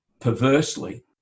Perversely